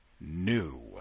new